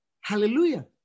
Hallelujah